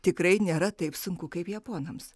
tikrai nėra taip sunku kaip japonams